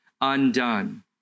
undone